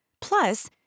Plus